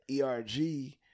ERG